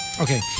Okay